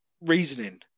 reasoning